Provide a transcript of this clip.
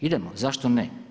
Idemo zašto ne.